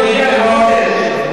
לי יש, לך יש.